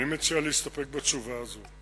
אני מציע להסתפק בתשובה הזאת.